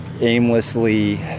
aimlessly